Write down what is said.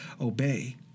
obey